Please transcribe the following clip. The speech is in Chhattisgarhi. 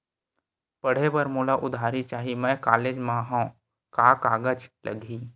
पढ़े बर मोला उधारी चाही मैं कॉलेज मा हव, का कागज लगही?